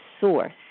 source